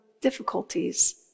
difficulties